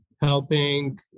helping